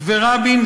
ורבין,